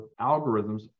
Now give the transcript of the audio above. algorithms